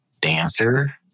dancer